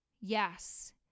Yes